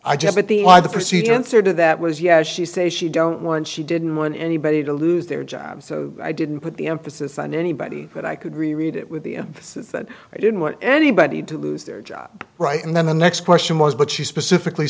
the perceived answer to that was yes she say she don't want she didn't want anybody to lose their job so i didn't put the emphasis on anybody that i could reread it with the emphasis that i didn't want anybody to lose their job right and then the next question was but she specifically